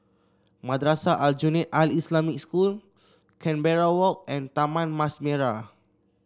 Madrasah Aljunied Al Islamic School Canberra Walk and Taman Mas Merah